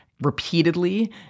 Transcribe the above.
repeatedly